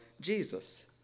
Jesus